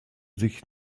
sich